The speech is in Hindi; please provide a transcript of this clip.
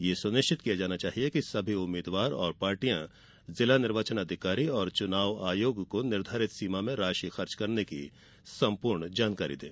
यह सुनिष्वित किया जाना चाहिये कि सभी उम्मीदवार और पार्टियां जिला निर्वाचन अधिकारी और च्नाव आयोग को निर्धारित सीमा में राशि खर्च करने की सम्पूर्ण जानकारी दें